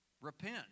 Repent